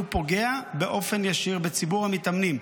הוא פוגע באופן ישיר בציבור המתאמנים.